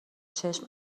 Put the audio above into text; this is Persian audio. چشم